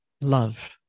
love